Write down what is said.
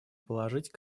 положить